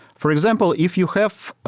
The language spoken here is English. for example, if you have